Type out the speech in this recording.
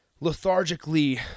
lethargically